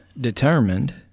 determined